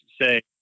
say